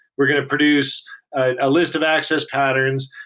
we're going to produce a list of access patterns,